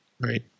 Right